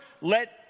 let